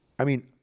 i mean